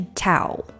towel